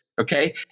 Okay